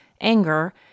anger